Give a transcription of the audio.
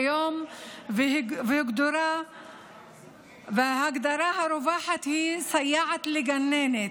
וכיום ההגדרה הרווחת היא "סייעת לגננת",